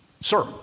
Sir